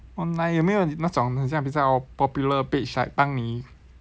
online 有没有那种很像比较 popular page like 帮你